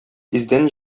тиздән